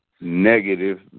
negative